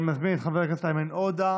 אני מזמין את חבר הכנסת איימן עודה,